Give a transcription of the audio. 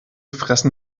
fressen